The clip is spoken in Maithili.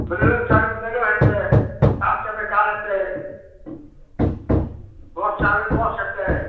बोलेरो चाहबै बोलेरो हेतै कार चाहबै कार हेतै बस चाहबै बस हेतै